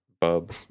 Bub